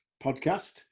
podcast